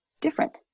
different